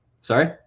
Sorry